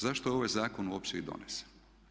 Zašto je ovaj zakon uopće i donesen?